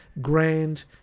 grand